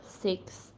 six